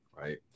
Right